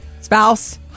spouse